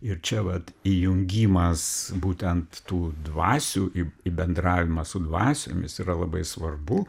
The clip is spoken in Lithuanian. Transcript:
ir čia vat įjungimas būtent tų dvasių į į bendravimą su dvasiomis yra labai svarbu